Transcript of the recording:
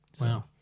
Wow